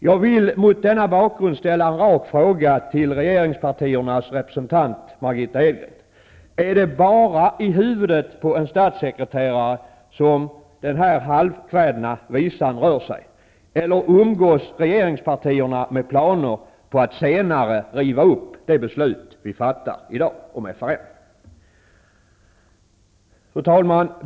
Jag vill mot denna bakgrund ställa en rak fråga till regeringspartiernas representant Margitta Edgren: Är det bara i huvudet på en statssekreterare som den här halvkvädna visan rör sig, eller umgås regeringspartierna med planer på att senare riva upp det beslut som vi i dag fattar om Fru talman!